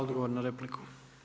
Odgovor na repliku.